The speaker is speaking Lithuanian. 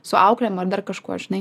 su auklėm ar dar kažkuo žinai